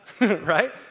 right